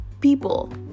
people